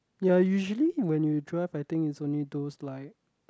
ya usually when you drive I think it's only those like